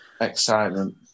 excitement